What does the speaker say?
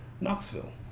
Knoxville